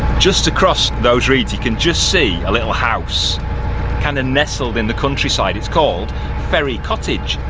just across those reeds you can just see a little house kind of nestled in the countryside, it's called ferry cottage.